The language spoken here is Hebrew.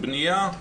בנייה,